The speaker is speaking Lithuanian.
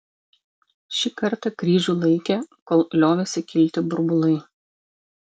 šį kartą kryžių laikė kol liovėsi kilti burbulai